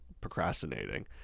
procrastinating